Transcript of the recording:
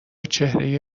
چهره